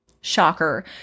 Shocker